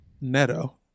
Neto